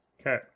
Okay